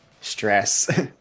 stress